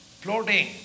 floating